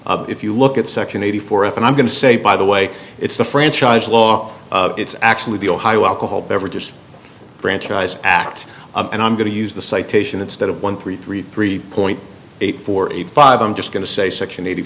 if you look at section eighty four f and i'm going to say by the way it's the franchise law it's actually the ohio alcohol beverages franchise act and i'm going to use the citation instead of one three three three point eight four eight five i'm just going to say section eighty